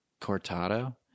cortado